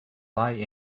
lie